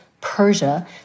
Persia